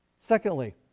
Secondly